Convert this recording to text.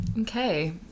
okay